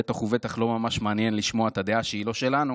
בטח ובטח לא ממש מעניין לשמוע את הדעה שהיא לא שלנו